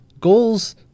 Goals